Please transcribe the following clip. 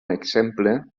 exemple